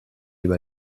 über